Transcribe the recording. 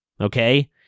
Okay